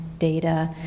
Data